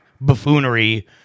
buffoonery